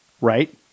right